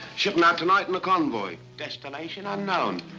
shipping out tonight in the convoy, destination unknown.